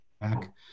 back